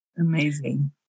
Amazing